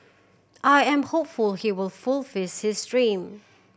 I am hopeful he will fulfils his dream